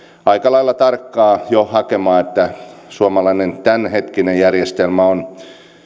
aika lailla tarkkaan jo hakemaan että suomalainen tämänhetkinen järjestelmä on